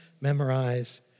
memorize